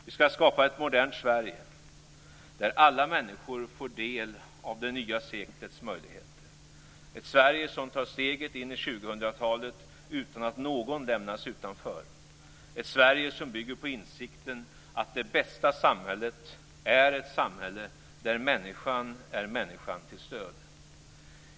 Vi skall skapa ett modernt Sverige där alla människor får del av det nya seklets möjligheter, ett Sverige som tar steget in i 2000-talet utan att någon lämnas utanför, ett Sverige som bygger på insikten att det bästa samhället är ett samhälle där människan är människan till stöd.